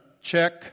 Check